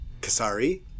Kasari